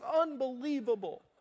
unbelievable